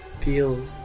feel